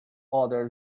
other